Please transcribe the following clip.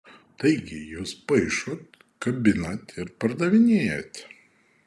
taigi jūs paišot kabinat ir pardavinėjat